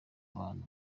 abantu